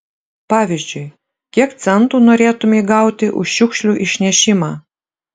pavyzdžiui kiek centų norėtumei gauti už šiukšlių išnešimą